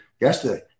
yesterday